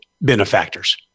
benefactors